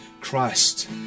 Christ